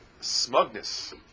smugness